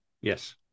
Yes